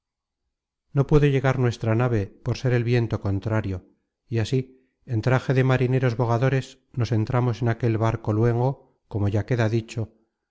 no pudo llegar nuestra nave por ser el viento contrario y así en traje de marineros bogadores nos entramos en aquel barco luengo como ya queda dicho